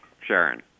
Sharon